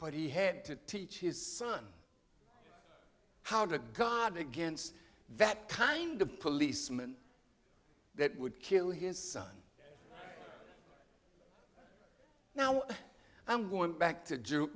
but he had to teach his son how to god against that kind of policeman that would kill his son now i'm going back to jew